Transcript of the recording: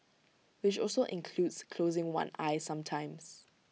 which also includes closing one eye sometimes